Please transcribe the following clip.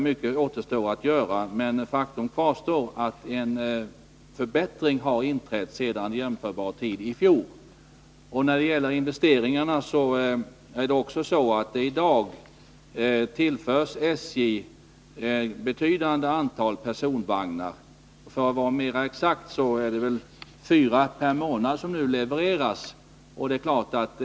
Mycket återstår att göra, men faktum kvarstår att en förbättring har inträtt sedan jämförbar tid i fjol. När det gäller investeringarna tillförs SJ i dag ett betydande antal personvagnar. För att vara mer exakt kan jag säga att nu levereras fyra vagnar per månad.